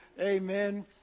Amen